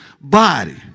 body